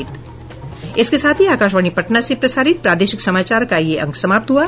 इसके साथ ही आकाशवाणी पटना से प्रसारित प्रादेशिक समाचार का ये अंक समाप्त हुआ